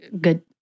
good